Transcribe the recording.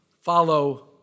follow